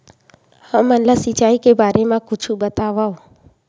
हमन ला सिंचाई के बारे मा कुछु बतावव?